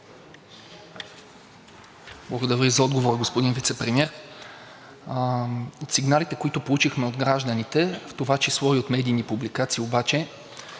Благодаря Ви за отговора, господин Вицепремиер. Сигналите, които получихме от гражданите, в това число и от медийни публикации, обаче